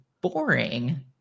boring